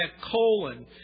colon